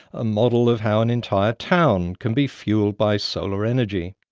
a model of how an entire town can be fuelled by solar energy.